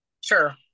Sure